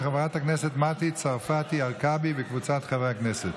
של חברת הכנסת מטי צרפתי הרכבת וקבוצת חברי הכנסת.